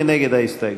מי נגד ההסתייגות?